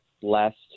last